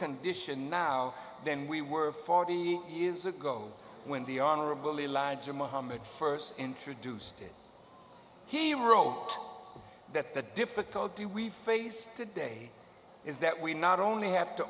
condition now than we were forty years ago when the honorable elijah muhammad first introduced him he wrote that the difficulty we face today is that we not only have to